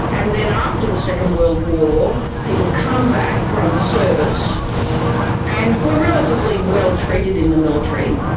and then after the second world war people come back from service and were relatively well treated in the military.